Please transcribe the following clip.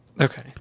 Okay